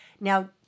Now